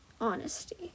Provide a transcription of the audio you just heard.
Honesty